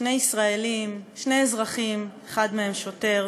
שני ישראלים, שני אזרחים, אחד מהם שוטר.